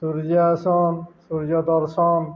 ସୂର୍ଯ୍ୟାସନ ସୂର୍ଯ୍ୟ ଦର୍ଶନ